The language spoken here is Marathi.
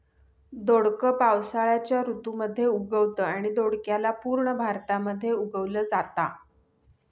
दोडक पावसाळ्याच्या ऋतू मध्ये उगवतं आणि दोडक्याला पूर्ण भारतामध्ये उगवल जाता